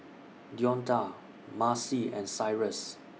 Deonta Macy and Cyrus